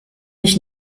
ich